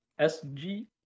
SG